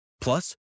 Plus